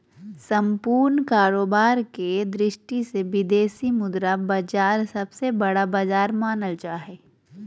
सम्पूर्ण कारोबार के दृष्टि से विदेशी मुद्रा बाजार सबसे बड़ा बाजार मानल जा हय